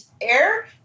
air